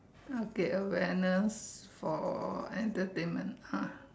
okay uh for entertainment ah